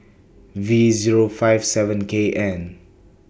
V Zero five seven K N